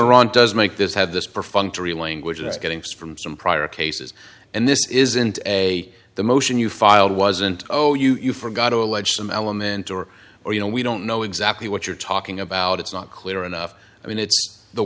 iran does make this had this perfunctory language that's getting from some prior cases and this isn't a the motion you filed wasn't oh you forgot to allege some element or or you know we don't know exactly what you're talking about it's not clear enough i mean